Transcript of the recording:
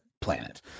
planet